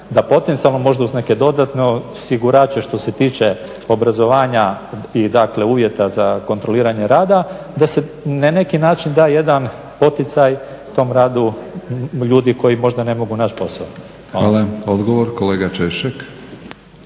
da potencijalno možda uz neke dodatne osigurače što se tiče obrazovanja i dakle uvjeta za kontroliranje rada, da se na neki način da jedan poticaj tom radu ljudi koji možda ne mogu naći posao. Hvala. **Batinić, Milorad